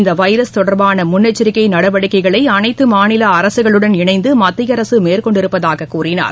இந்த வைரஸ் தொடர்பான முன்னெச்சரிக்கை நடவடிக்கைகள் அனைத்து மாநில அரசுகளுடன் இணைந்து மத்திய அரசு மேற்கொண்டிருப்பதாக கூறினார்